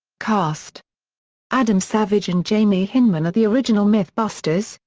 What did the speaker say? cast adam savage and jamie hyneman are the original mythbusters,